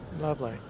Lovely